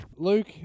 Luke